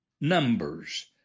numbers